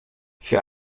für